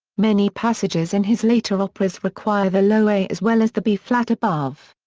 many passages in his later operas require the low a as well as the b-flat above.